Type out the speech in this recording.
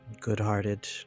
good-hearted